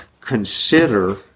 consider